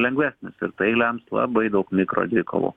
lengvesnis ir tai lems labai daug mikro dvikovų